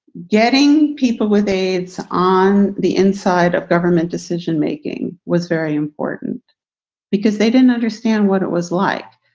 getting people with aids on the inside of government decision making was very important because they didn't understand what it was like.